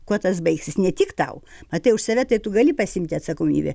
kuo tas baigsis ne tik tau matai už save tai tu gali pasiimti atsakomybę